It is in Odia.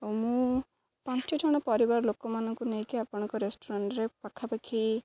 ଓ ମୁଁ ପାଞ୍ଚ ଜଣ ପରିବାର ଲୋକମାନଙ୍କୁ ନେଇକି ଆପଣଙ୍କ ରେଷ୍ଟୁରାଣ୍ଟ୍ରେ ପାଖାପାଖି